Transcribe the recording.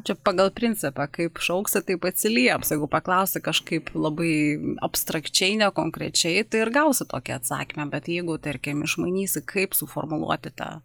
čia pagal principą kaip šauksi taip atsilieps jeigu paklausi kažkaip labai abstrakčiai ne konkrečiai tai ir gausi tokį atsakymą bet jeigu tarkim išmanysi kaip suformuluoti tą